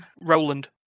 Roland